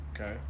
Okay